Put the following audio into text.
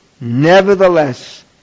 Nevertheless